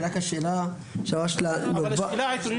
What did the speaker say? השאלה העקרונית,